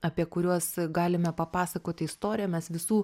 apie kuriuos galime papasakoti istoriją mes visų